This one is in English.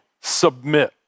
submit